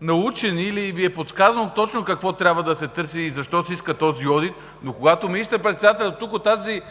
научени или Ви е подсказано точно какво трябва да се търси и защо се иска този одит, но, когато министър-председателят тук, от тази